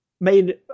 made